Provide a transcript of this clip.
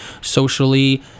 socially